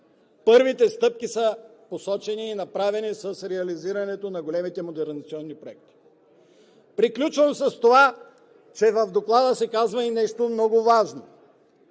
Първите стъпки са посочени и направени с реализирането на големите модернизационни проекти. Приключвам с това, че в доклада се казва и нещо много важно.